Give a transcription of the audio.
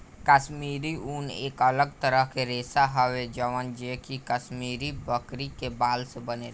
काश्मीरी ऊन एक अलग तरह के रेशा हवे जवन जे कि काश्मीरी बकरी के बाल से बनेला